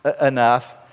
enough